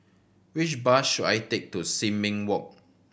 which bus should I take to Sin Ming Walk